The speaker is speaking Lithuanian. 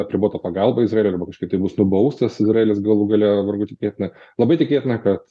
apribota pagalba izraeliui arba kažkaip tai bus nubaustas izraelis galų gale vargu tikėtina labai tikėtina kad